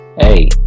Hey